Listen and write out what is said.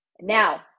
Now